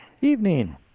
Evening